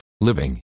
living